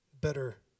better